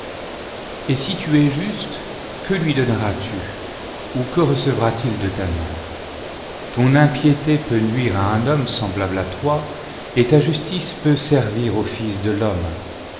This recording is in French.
et si tu es juste que lui donnerastu ou que recevra-t-il de ta main ton impiété peut nuire à un homme semblable à toi et ta justice peut servir au fils de l'homme